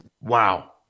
Wow